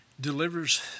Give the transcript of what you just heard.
delivers